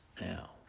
Now